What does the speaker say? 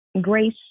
grace